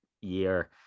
year